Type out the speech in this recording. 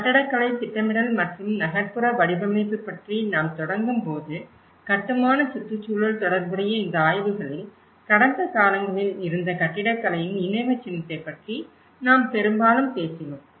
கட்டடக்கலை திட்டமிடல் அல்லது நகர்ப்புற வடிவமைப்பு பற்றி நாம் தொடங்கும் போது கட்டுமான சுற்றுச்சூழல் தொடர்புடைய இந்த ஆய்வுகளில் கடந்த காலங்களில் இருந்த கட்டிடக்கலையின் நினைவுச்சின்னத்தைப் பற்றி நாம் பெரும்பாலும் பேசினோம்